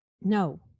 No